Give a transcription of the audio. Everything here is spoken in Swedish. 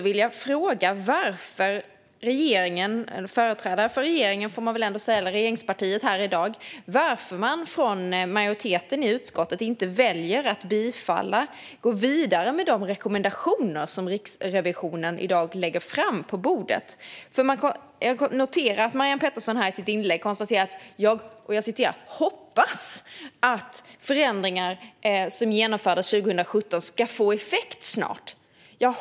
Varför väljer majoriteten i utskottet att inte gå vidare med de rekommendationer som Riksrevisionen lägger fram? Jag noterade att Marianne Pettersson i sitt inlägg sa att hon hoppas att de förändringar som genomfördes 2017 snart ska få effekt.